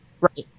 right